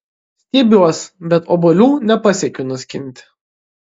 stiebiuos bet obuolių nepasiekiu nuskinti